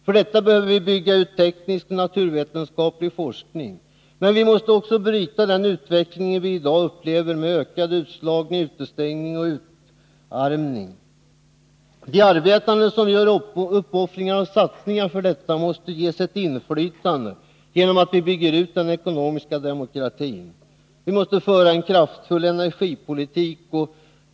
För detta behöver vi bygga ut teknisk och naturvetenskaplig forskning. Men vi måste också bryta den utveckling vi i dag upplever med ökad utslagning, utestängning och utarmning. De arbetande som gör uppoffringar och satsningar för detta, måste ges ett inflytande genom att vi bygger ut den ekonomiska demokratin. Vi måste föra en kraftfull energipolitik.